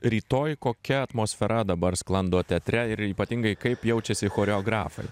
rytoj kokia atmosfera dabar sklando teatre ir ypatingai kaip jaučiasi choreografai